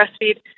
breastfeed